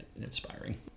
inspiring